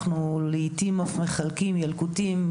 אנחנו לעיתים אף מחלקים ילקוטים,